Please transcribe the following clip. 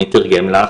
מי תרגם לך,